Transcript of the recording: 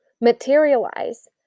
materialize